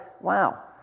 wow